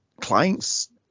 clients